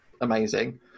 amazing